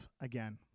Again